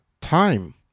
time